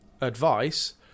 advice